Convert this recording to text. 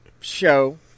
show